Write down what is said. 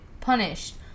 punished